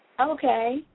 Okay